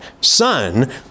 Son